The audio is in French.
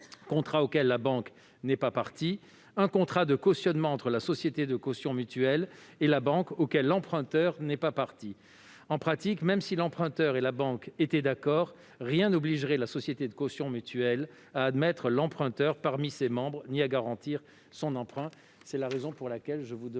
contrat auquel la banque n'est pas partie ; et un contrat de cautionnement entre la société de caution mutuelle et la banque, auquel l'emprunteur n'est pas partie. En pratique, même si l'emprunteur et la banque étaient d'accord, rien n'obligerait la société de caution mutuelle à admettre l'emprunteur parmi ses membres ni à garantir son emprunt. C'est la raison pour laquelle je demande